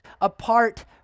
apart